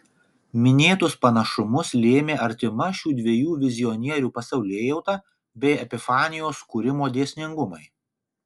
minėtus panašumus lėmė artima šių dviejų vizionierių pasaulėjauta bei epifanijos kūrimo dėsningumai